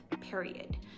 period